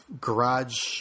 garage